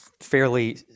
fairly